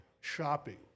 shopping